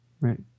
right